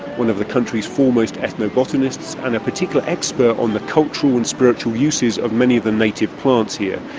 one of the country's foremost ethnobotanists, and a particular expert on the cultural and spiritual uses of many of the native plants here.